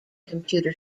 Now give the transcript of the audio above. computer